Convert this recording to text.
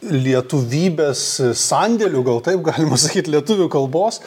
lietuvybės sandėlių gal taip galima sakyt lietuvių kalbos